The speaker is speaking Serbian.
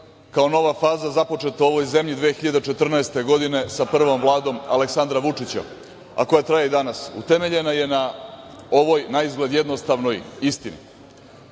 kao nova faza započeta u ovoj zemlji 2014. godine sa prvom Vladom Aleksandra Vučića, a koja traje i danas, utemeljena je na ovoj naizgled jednostavnoj istini. Treba